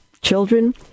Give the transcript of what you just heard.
children